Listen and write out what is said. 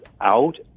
out